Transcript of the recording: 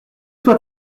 soit